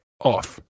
off